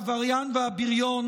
העבריין והבריון.